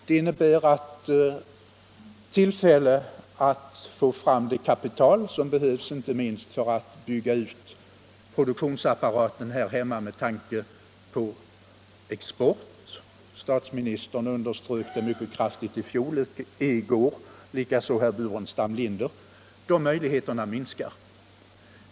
Detta innebär att möjligheterna minskar att få fram det kapital som behövs inte minst för att bygga ut produktionsapparaten här hemma med tanke på exporten. Detta underströk både statsministern och herr Burenstam Linder i kammardebatten i går.